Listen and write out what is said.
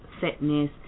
fitness